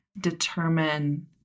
determine